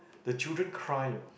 the children cry you know